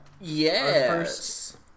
Yes